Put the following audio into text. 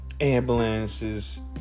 ambulances